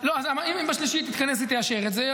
------ אם ב-3 היא תתכנס ותאשר את זה,